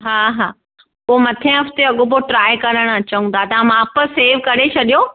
हा हा पोइ मथें हफ़्ते अॻो पो ट्राइ करण अचऊं था तव्हां माप सेव करे छॾियो